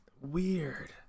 weird